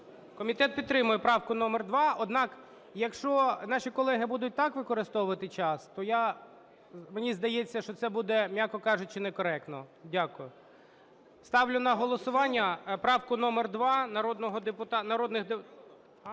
Комітет підтримує правку номер 2. Однак, якщо наші колеги будуть так використовувати час, то, мені здається, що це буде, м'яко кажучи, некоректно. Дякую. Ставлю на голосування правку номер 2 народних депутатів